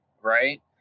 right